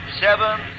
seven